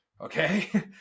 okay